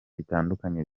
bitandukanye